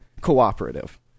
cooperative